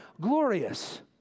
glorious